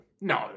No